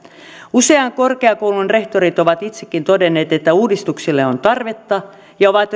usean korkeakoulun rehtorit ovat itsekin todenneet että uudistuksille on tarvetta ja ovat